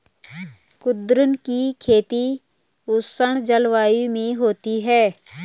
कुद्रुन की खेती उष्ण जलवायु में होती है